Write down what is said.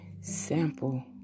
sample